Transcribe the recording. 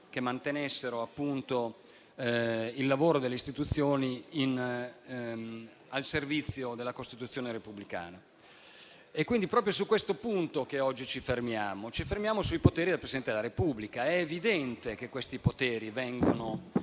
che mantenessero appunto il lavoro delle istituzioni al servizio della Costituzione repubblicana. È proprio su questo punto che quindi oggi ci fermiamo: sui poteri del Presidente della Repubblica. È evidente che questi poteri vengono